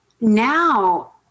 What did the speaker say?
now